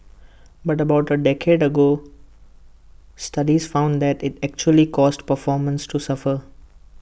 but about A decade ago studies found that IT actually caused performances to suffer